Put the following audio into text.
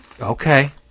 Okay